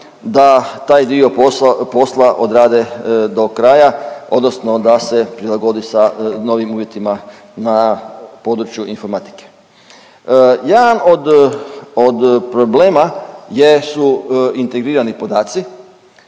da taj dio posla odrade do kraja odnosno da se prilagodi sa novim uvjetima na području informatike. Jedan od, od problema jesu integrirani podaci,